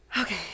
Okay